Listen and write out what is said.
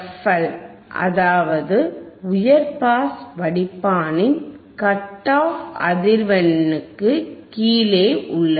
L அதாவது உயர் pass வடிப்பானின் கட் ஆப் அதிவெண்ணுக்கு கீழே உள்ளது